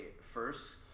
first